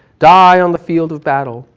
die on the field of battle,